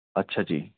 ਅੱਛਾ ਜੀ